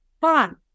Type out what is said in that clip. fun